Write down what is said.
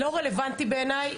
לא רלוונטי בעיניי.